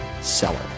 seller